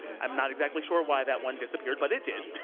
i'm not exactly sure why that one disappeared, but it did.